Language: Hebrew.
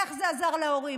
איך זה עזר להורים?